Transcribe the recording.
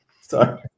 Sorry